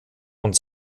und